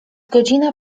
godzina